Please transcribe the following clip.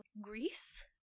greece